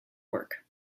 work